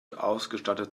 ausgestattet